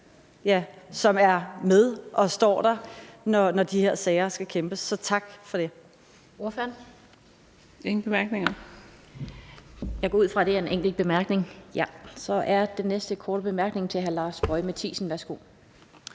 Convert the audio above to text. som er med og stiller op, når de her sager skal kæmpes. Så tak for det.